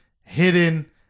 hidden